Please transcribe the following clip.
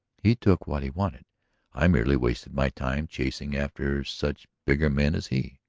he took what he wanted i merely wasted my time chasing after such bigger men as he.